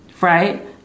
Right